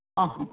अह